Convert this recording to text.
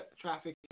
trafficking